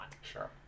Sure